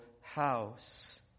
house